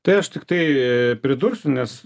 tai aš tiktai pridursiu nes